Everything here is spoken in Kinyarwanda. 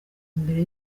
imbere